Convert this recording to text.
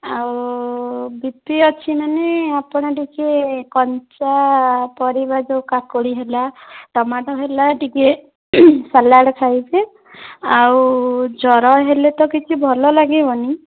ଆଉ ବିପି ଅଛି ମାନେ ଆପଣ ଟିକେ କଞ୍ଚା ପରିବା ଯୋଉ କାକୁଡ଼ି ହେଲା ଟମାଟୋ ହେଲା ଟିକେ ସାଲାଡ଼ ଖାଇବେ ଆଉ ଜ୍ୱର ହେଲେ ତ କିଛି ଭଲ ଲାଗିବନି